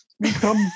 become